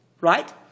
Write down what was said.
right